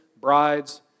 bride's